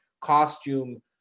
costume